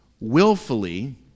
willfully